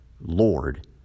Lord